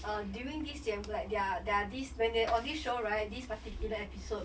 uh during this 节目 like their their this when they on this show right this particular episode